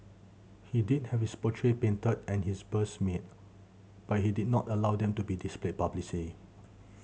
he did have his portrait painted and his bust made but he did not allow them to be displayed publicly